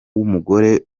w’umugore